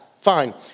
Fine